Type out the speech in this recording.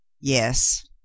Yes